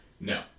No